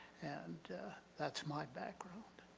and that's my background.